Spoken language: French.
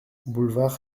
boulevard